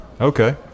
Okay